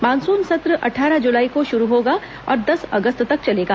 monsoon सत्र अट्ठारह जुलाई को शुरू होगा और दस अगस्त तक चलेगा